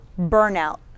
burnout